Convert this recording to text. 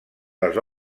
les